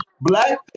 black